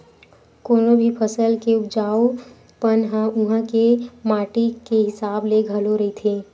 कोनो भी फसल के उपजाउ पन ह उहाँ के माटी के हिसाब ले घलो रहिथे